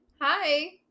hi